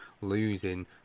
losing